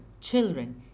children